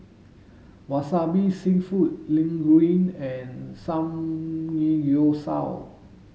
wasabi Seafood Linguine and